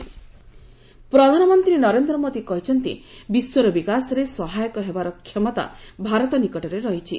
PM Kerala ପ୍ରଧାନମନ୍ତ୍ରୀ ନରେନ୍ଦ୍ର ମୋଦି କହିଛନ୍ତି ବିଶ୍ୱର ବିକାଶରେ ସହାୟକ ହେବାର କ୍ଷମତା ଭାରତ ନିକଟରେ ରହିଛି